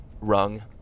rung